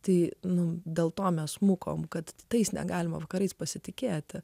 tai nu dėl to mes smukome kad tais negalima vakarais pasitikėti